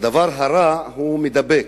הדבר הרע מידבק.